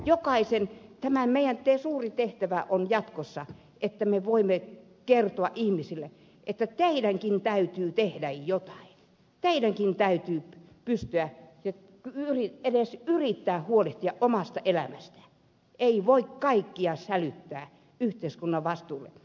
jokaisen meidän suurin tehtävä on jatkossa että me voimme kertoa ihmisille että teidänkin täytyy tehdä jotain teidänkin täytyy edes yrittää huolehtia omasta elämästänne ei voi kaikkea sälyttää yhteiskunnan vastuulle